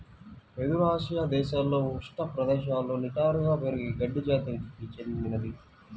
వెదురు ఆసియా దేశాలలో ఉష్ణ ప్రదేశాలలో నిటారుగా పెరిగే గడ్డి జాతికి చెందినది